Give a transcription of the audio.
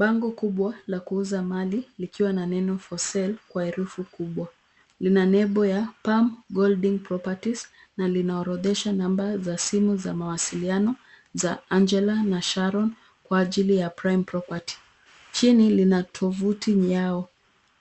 Bango kubwa la kuuza mali, likiwa na neno (FOR SALE) kwa herufi kubwa, lina nembo kubwa (Prime Properties), na linaorodhesha namba za simu za mawasiliano za Angela na Sharon kwa ajili ya (Prime Property). Chini, lina tovuti yao,